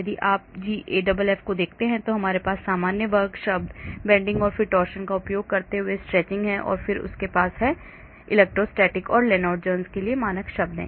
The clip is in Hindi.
यदि आप GAFF को देखते हैं तो हमारे पास सामान्य वर्ग शब्द bending और फिर torsion का उपयोग करते हुए stretching है और फिर उनके पास इलेक्ट्रोस्टैटिक और लेनार्ड जोन्स के लिए मानक शब्द है